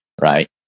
right